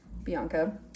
Bianca